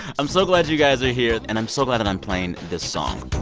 i'm so glad you guys are here. and i'm so glad that i'm playing this song